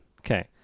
Okay